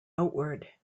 outward